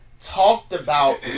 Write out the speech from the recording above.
talked-about